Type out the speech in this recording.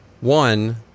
one